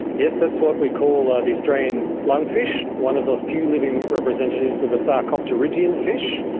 yes, that's what we call ah the australian lungfish, one of the few living representatives of a sarcopterygian fish.